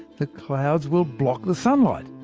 the clouds will block the sunlight,